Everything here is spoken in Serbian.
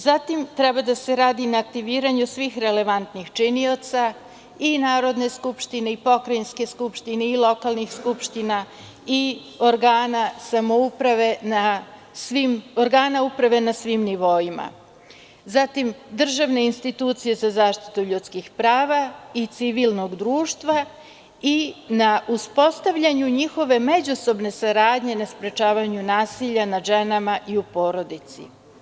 Zatim, treba da se radi i na aktiviranju svih relevantnih činioca i Narodne skupštine i Pokrajinske skupštine i lokalnih skupština i organa uprave na svim nivoima, zatim, državne institucije za zaštitu ljudskih prava i civilnog društva i na uspostavljanju njihove međusobne saradnje na sprečavanju nasilja nad ženama i u porodici.